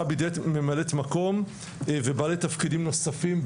בידי ממלאת-מקום ובעלי תפקידים נוספים.